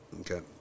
Okay